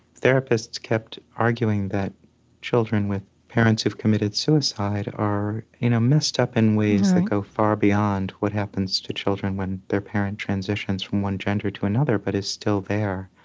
therapists kept arguing that children with parents who've committed suicide are messed up in ways that go far beyond what happens to children when their parent transitions from one gender to another, but is still there.